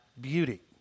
beauty